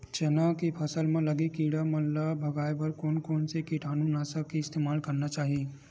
चना के फसल म लगे किड़ा मन ला भगाये बर कोन कोन से कीटानु नाशक के इस्तेमाल करना चाहि?